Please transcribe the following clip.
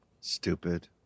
Stupid